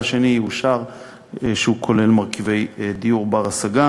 והשני יאושר כשהוא כולל מרכיבי דיור בר-השגה